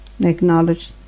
acknowledge